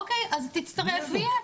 אוקי, אז תצטרף ויהיה.